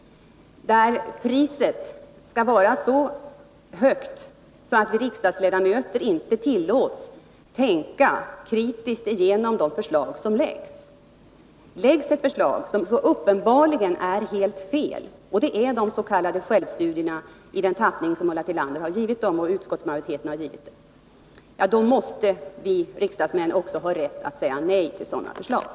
Riksdagsledamöter måste tillåtas att kritiskt granska förslagen. Läggs det fram ett förslag som uppenbarligen är helt felaktigt — och det är förslaget om de s.k. självstudierna i den tappning som Ulla Tillander och utskottsmajoriteten har givit det — måste riksdagsledamöter ha rätt att säga nej till förslaget.